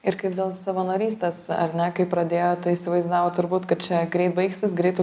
ir kaip dėl savanorystės ar ne kai pradėjot tai įsivaizdavo turbūt kad čia greit baigsis greitu